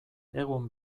egun